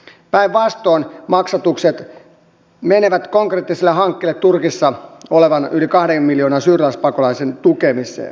päinvastoin maksatukset menevät konkreettiselle hankkeelle turkissa olevan yli kahden miljoonan syyrialaispakolaisen tukemiseen